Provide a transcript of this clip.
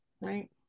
right